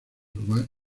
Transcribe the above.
rumania